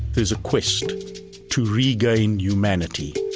there's a quest to regain humanity